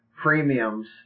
premiums